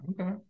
Okay